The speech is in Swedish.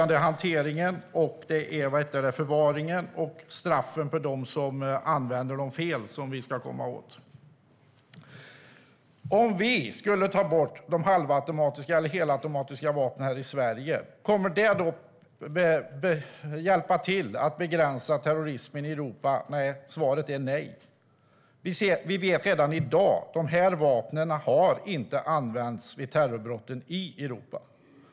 Det är hanteringen, förvaringen och straffen för dem som använder dem fel som vi ska komma åt. Om vi skulle ta bort de halvautomatiska eller helautomatiska vapnen här i Sverige, skulle det hjälpa till att begränsa terrorismen i Europa? Svaret är nej. Vi vet redan i dag att de här vapnen inte har använts vid terrorbrotten i Europa.